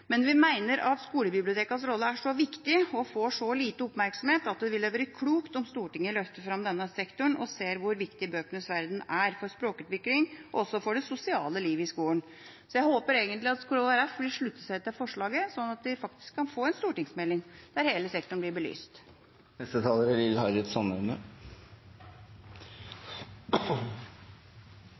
men vi mener at skolebibliotekenes rolle er så viktig og får så lite oppmerksomhet at det ville være klokt om Stortinget løfter fram denne sektoren og ser hvor viktig bøkenes verden er for språkutvikling og også for det sosiale livet i skolen. Så jeg håper egentlig at Kristelig Folkeparti vil slutte seg til forslaget, slik at vi kan få en stortingsmelding der hele sektoren blir belyst. Læreren er